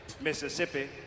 Mississippi